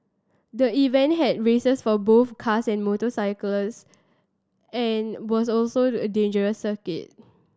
the event had races for both cars and motorcycles and was also dangerous circuit